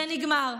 זה נגמר.